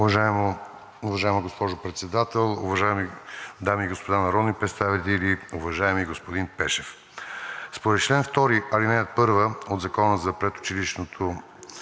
Уважаема госпожо Председател, уважаеми дами и господа народни представители! Уважаеми господин Пашев, според чл. 2, ал. 1 от Закона за предучилищното